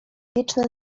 wieczne